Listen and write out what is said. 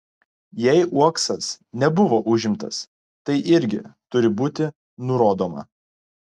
jei uoksas nebuvo užimtas tai irgi turi būti nurodoma